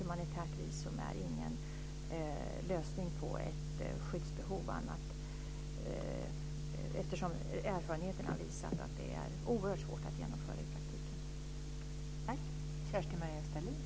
Humanitärt visum är ingen lösning när det gäller skyddsbehov, eftersom erfarenheten har visat att det är oerhört svårt att genomföra i praktiken.